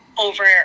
over